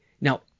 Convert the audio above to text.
Now